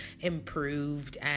improved